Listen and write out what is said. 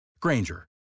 Granger